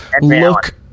look